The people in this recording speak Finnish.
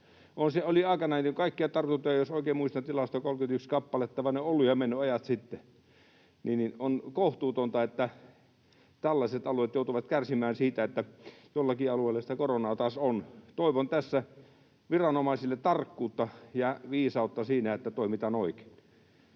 tartuntoja kaikkiaan, jos oikein muistan tilastoja, 31 kappaletta, ja ne ovat olleet ja menneet ajat sitten. On kohtuutonta, että tällaiset alueet joutuvat kärsimään siitä, että jollakin alueella sitä koronaa taas on. Toivon tässä viranomaisille tarkkuutta ja viisautta siinä, että toimitaan oikein.